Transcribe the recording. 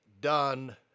done